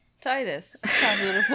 Titus